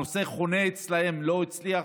הנושא חונה אצלם עכשיו, לא אצלי.